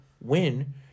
win